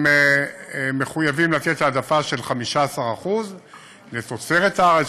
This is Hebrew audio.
הם מחויבים לתת העדפה של 15% לתוצרת הארץ,